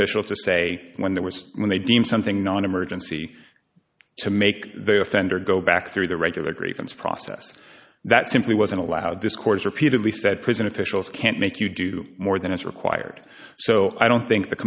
officials to say when there was when they deem something non emergency to make the offender go back through the regular grievance process that simply wasn't allowed this court's repeatedly said prison officials can't make you do more than is required so i don't think the